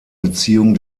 beziehung